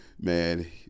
man –